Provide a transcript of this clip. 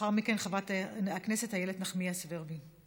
לאחר מכן, חברת הכנסת איילת נחמיאס ורבין.